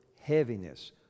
heaviness